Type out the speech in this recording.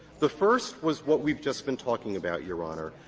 the first was what we've just been talking about, your honor.